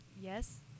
Yes